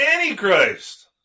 Antichrist